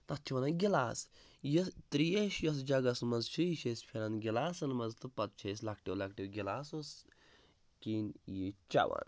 تَتھ چھِ وَنان گِلاس یہِ تریش یۄس جگَس منٛز چھِ یہِ چھِ أسۍ پھِرَان گِلاسَن منٛز تہٕ پَتہٕ چھِ أسۍ لَکٹیو لَکٹیو گِلاسو کِنۍ یہِ چٮ۪وَن